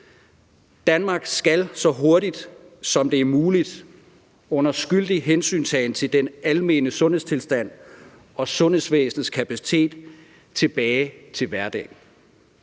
Danmark skal så hurtigt, som det er muligt, under skyldig hensyntagen til den almene sundhedstilstand og sundhedsvæsenets kapacitet tilbage til hverdagen.